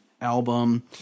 album